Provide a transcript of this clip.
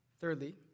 Thirdly